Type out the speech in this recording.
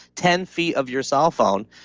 ten feet of your cellphone?